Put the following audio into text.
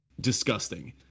disgusting